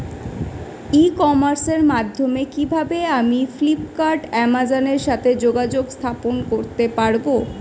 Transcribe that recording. ই কমার্সের মাধ্যমে কিভাবে আমি ফ্লিপকার্ট অ্যামাজন এর সাথে যোগাযোগ স্থাপন করতে পারব?